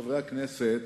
חברי הכנסת,